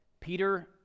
Peter